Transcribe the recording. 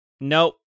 Nope